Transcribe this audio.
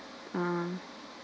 uh